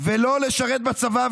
ולא לשרת בצבא,